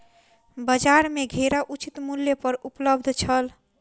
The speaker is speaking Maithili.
बजार में घेरा उचित मूल्य पर उपलब्ध छल